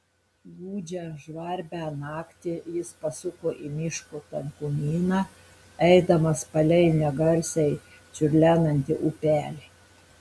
gūdžią žvarbią naktį jis pasuko į miško tankumyną eidamas palei negarsiai čiurlenantį upelį